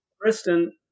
Kristen